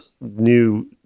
new